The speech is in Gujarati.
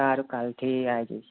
સારું કાલથી આવી જઈશ